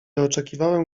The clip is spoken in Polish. oczekiwałem